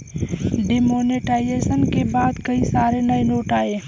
demonetisation के बाद कई सारे नए नोट आये